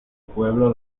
pueblo